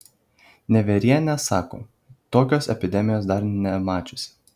nevierienė sako tokios epidemijos dar nemačiusi